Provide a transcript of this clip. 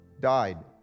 died